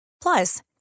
Plus